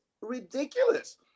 ridiculous